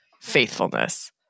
faithfulness